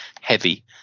heavy